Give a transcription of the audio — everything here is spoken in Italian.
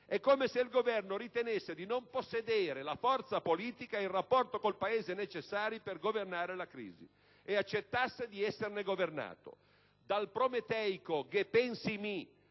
È come se il Governo ritenesse di non possedere la forza politica e il rapporto con il Paese necessari per governare la crisi, e accettasse di esserne governato. Dal prometeico «ghe pensi mi»